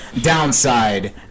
downside